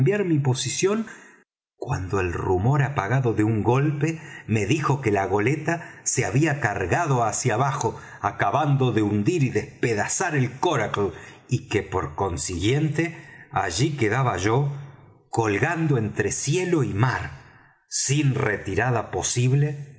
mi posición cuando el rumor apagado de un golpe me dijo que la goleta se había cargado hacia abajo acabando de hundir y despedazar el coracle y que por consiguiente allí quedaba yo colgando entre cielo y mar sin retirada posible